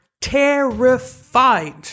terrified